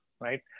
right